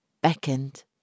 beckoned